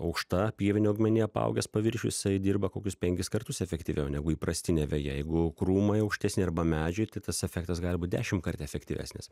aukšta pievine augmenija apaugęs paviršius dirba kokius penkis kartus efektyviau negu įprastinė veja jeigu krūmai aukštesni arba medžiai tai tas efektas gali būt dešimt kartų efektyvesnis